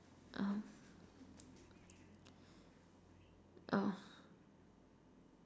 um uh